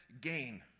gain